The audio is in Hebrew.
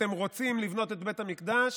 אתם רוצים לבנות את בית המקדש?